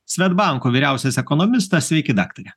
svedbanko vyriausias ekonomistas sveiki daktare